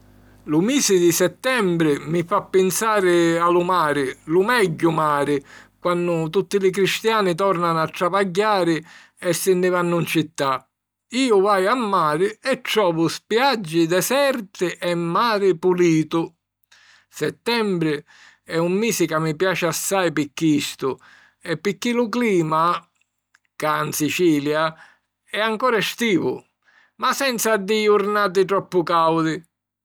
Lu misi di settembri mi fa pinsari a lu mari, lu megghiu mari, quanni tutti li cristiani tòrnanu a travagghiari e si nni vannu 'n città, iu vaju a mari e trovu spiaggi deserti e mari pulitu. Settembri è un misi ca mi piaci assai pi chistu e pirchì lu clima cca 'n Sicilia è ancora estivu ma senza ddi jurnati troppu càudi.